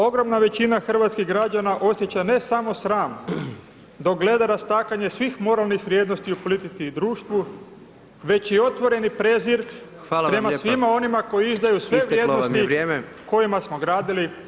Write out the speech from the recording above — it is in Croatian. Ogromna većina hrvatskih građana osjeća ne samo sram dok gleda rastakanje svih moralnih vrijednosti u politici i društvu već i otvoreni prezir prema svima onima koji izdaju sve vrijednosti kojima smo gradili našu Domovinu.